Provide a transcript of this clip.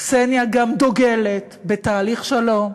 קסניה גם דוגלת בתהליך שלום,